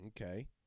Okay